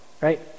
right